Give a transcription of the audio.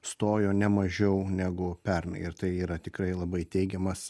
stojo ne mažiau negu pernai ir tai yra tikrai labai teigiamas